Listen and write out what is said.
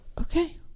Okay